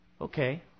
Okay